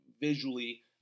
visually